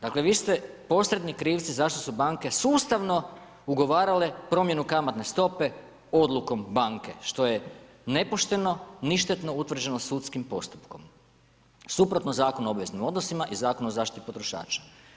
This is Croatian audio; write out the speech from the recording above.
Dakle vi ste posredni krivci zašto su banke sustavno ugovarale promjenu kamatne stope odlukom banke, što je nepošteno, ništetno utvrđeno sudskim postupkom, suprotno Zakonu o obveznim odnosima i Zakonu o zaštiti potrošača.